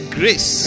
grace